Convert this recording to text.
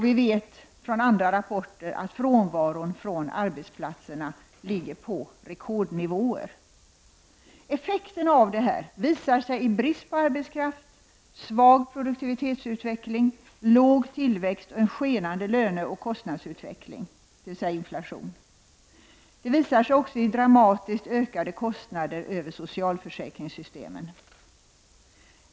Vi vet från andra rapporter att frånvaron från arbetsplatserna ligger på rekordnivåer. Effekterna av detta visar sig i brist på arbetskraft, svag produktivitetsutveckling, låg tillväxt och en skenande löneoch kostnadsutveckling, dvs. inflation. Det visar sig också i dramatiskt ökande kostnader inom socialförsäkringssystemet.